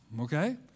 okay